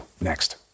next